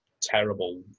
terrible